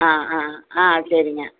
ஆ ஆ ஆ சரிங்க